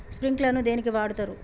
Sprinkler ను దేనికి వాడుతరు?